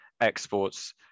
exports